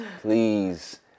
please